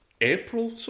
April